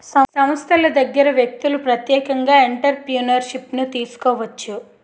సంస్థల దగ్గర వ్యక్తులు ప్రత్యేకంగా ఎంటర్ప్రిన్యూర్షిప్ను తీసుకోవచ్చు